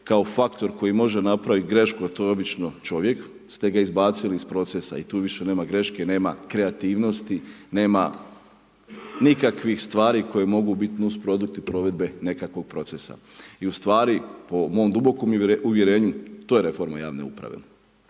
kao faktor koji može napraviti grešku a to je obično čovjek ste ga izbacili iz procesa i tu više nema greške, nema kreativnosti, nema nikakvih stvari koje mogu biti nusprodukti provedbe nekakvog proces i u stvari po mom duboko uvjerenju, to je reforma javne uprave.